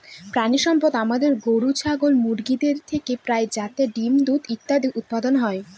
প্রানীসম্পদ আমাদের গরু, ছাগল, মুরগিদের থেকে পাই যাতে ডিম, দুধ ইত্যাদি উৎপাদন হয়